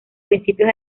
principios